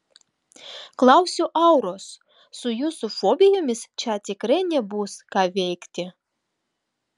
klausiu auros su jūsų fobijomis čia tikrai nebus ką veikti